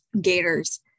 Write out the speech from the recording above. gators